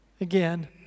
Again